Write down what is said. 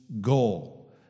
goal